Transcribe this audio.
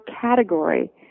category